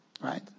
Right